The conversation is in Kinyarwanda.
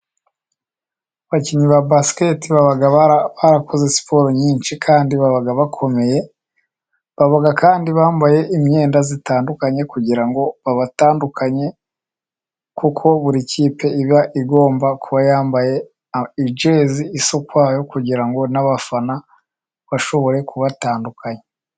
Abakinnyi ba basketi baba barakoze siporo nyinshi kandi baba bakomeye kandi bambaye imyenda zitandukanye kugira ngo babatandukanye kuko buri kipe iba igomba kuba yambaye ijezi isa ukwayo kugira ngo n'abafana bashobore kubatandukanya.